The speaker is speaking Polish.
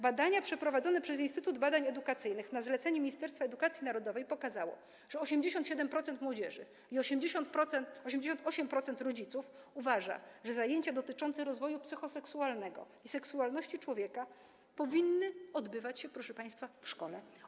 Badania przeprowadzone przez Instytut Badań Edukacyjnych na zlecenie Ministerstwa Edukacji Narodowej pokazały, że 87% młodzieży i 88% rodziców uważa, że zajęcia dotyczące rozwoju psychoseksualnego i seksualności człowieka powinny odbywać się, proszę państwa, w szkole.